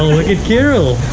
look at carol.